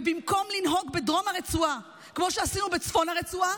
ובמקום לנהוג בדרום הרצועה כמו שעשינו בצפון הרצועה,